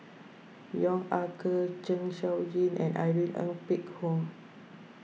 Yong Ah Kee Zeng Shouyin and Irene Ng Phek Hoong